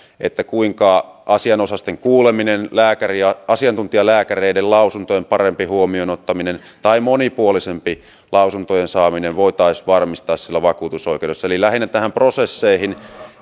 kuinka asianosaisten kuuleminen asiantuntijalääkäreiden lausuntojen parempi huomioon ottaminen tai monipuolisempi lausuntojen saaminen voitaisiin varmistaa siellä vakuutusoikeudessa eli selvitykset lähinnä näistä prosesseista niin